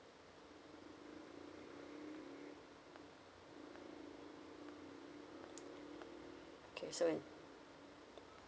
okay seven